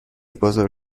بزرگ